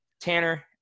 Tanner